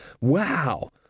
Wow